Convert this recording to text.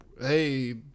hey